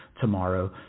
tomorrow